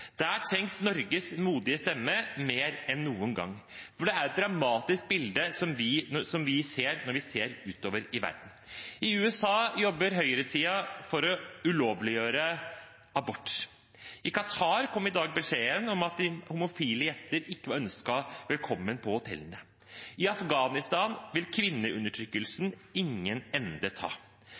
Der trengs Norges modige stemme mer enn noen gang, for det er et dramatisk bilde som vi ser når vi ser utover i verden. I USA jobber høyresiden for å ulovliggjøre abort. I Qatar kom i dag beskjeden om at homofile gjester ikke var ønsket velkommen på hotellene. I Afghanistan vil kvinneundertrykkelsen ingen ende ta.